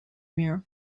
meer